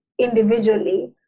individually